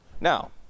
Now